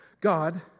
God